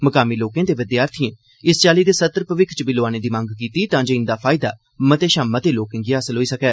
मुकामी लोकें ते विद्यार्थिएं इस चाल्ली दे सत्र भविक्ख च बी लोआने दी मंग कीती तांजे इंदा फायदा मते शा मते लोकें गी हासल होई सकै